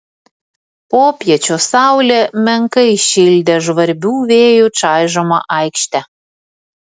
popiečio saulė menkai šildė žvarbių vėjų čaižomą aikštę